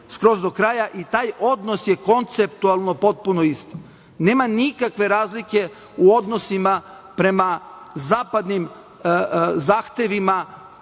skroz do kraja i taj odnos je konceptualno potpuno isti. Nema nikakve razlike u odnosima prema zapadnim zahtevima